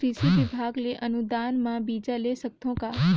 कृषि विभाग ले अनुदान म बीजा ले सकथव का?